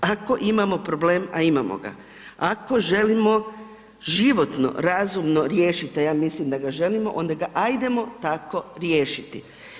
Ako imamo problem, a imamo ga, ako želimo životno, razumno riješiti, a ja mislim da želimo onda ga ajdemo tako riješiti.